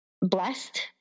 blessed